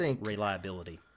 reliability